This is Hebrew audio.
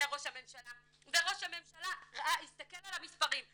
לראש הממשלה וראש הממשלה הסתכל על המספרים,